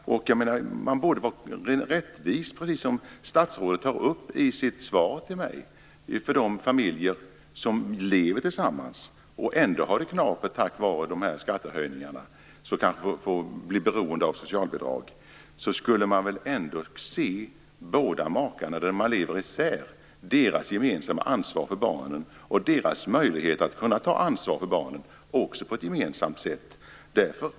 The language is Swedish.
Som statsrådet säger i svaret till mig borde det vara ett rättvist system för de familjer som lever tillsammans och ändå har det knapert på grund av skattehöjningarna och som kanske blir beroende av socialbidrag. Man borde även se till de makar som lever isär, deras gemensamma ansvar för barnen och deras möjligheter att ta ett gemensamt ansvar för barnen.